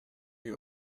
you